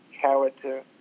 character